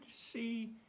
see